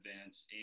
events